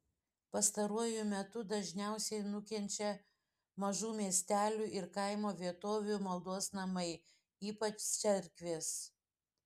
pastaruoju metu dažniausia nukenčia mažų miestelių ir kaimo vietovių maldos namai ypač cerkvės